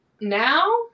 now